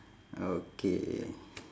okay